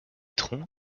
troncs